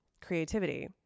creativity